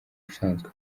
usanzwe